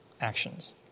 actions